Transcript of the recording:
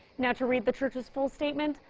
now, to read the church's full statement,